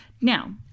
Now